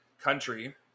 country